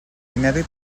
inèdit